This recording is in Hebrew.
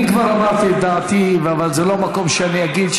אני כבר אמרתי את דעתי, אבל זה לא מקום שאני אגיד.